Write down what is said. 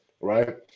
right